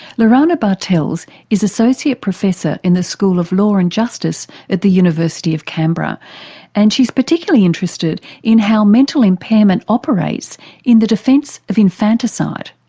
lorana bartels is an associate professor in the school of law and justice at the university of canberra and she's particularly interested in how mental impairment operates in the defence of infanticide.